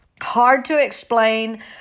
hard-to-explain